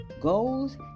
goals